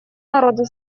народа